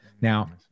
Now